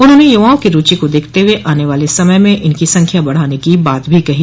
उन्होंने युवाओं की रुचि को देखते हुए आने वाले समय में इनकी संख्या बढ़ाने की बात भी कही